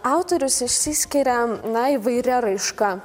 autorius išsiskiria na įvairia raiška